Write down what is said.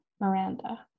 Miranda